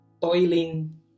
toiling